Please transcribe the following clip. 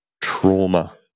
trauma